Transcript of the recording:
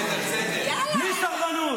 זה בדיוק מה שיהיה אם אתם תישארו בשלטון.